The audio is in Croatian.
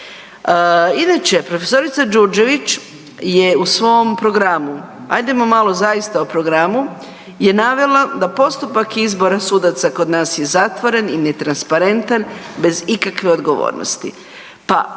Inače profesorica Đurđević je u svom programu, hajdemo malo zaista o programu, je navela da postupak izbora sudaca kod nas je zatvoren i netransparentan bez ikakve odgovornosti.